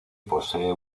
posee